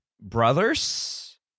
brothers